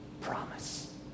Promise